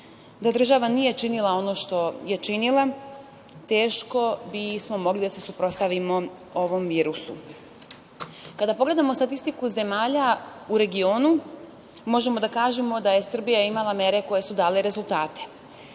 da država nije činila ono što je činila teško bismo mogli da se suprotstavimo ovom virusu. Kada pogledamo statistiku zemalja u regionu možemo da kažemo da je Srbija imala mere koje su dale rezultate.